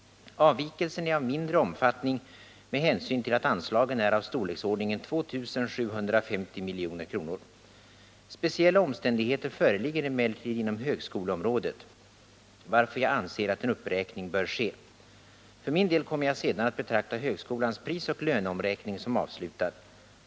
Avvikelsen är av mindre omfattning med hänsyn till att anslagen är av storleksordningen 2 750 milj.kr. Speciella omständigheter föreligger emellertid inom högskoleområdet, varför jag anser att en uppräkning bör ske. För min del kommer jag sedan att betrakta högskolans prisoch löneomräkning som avslutad.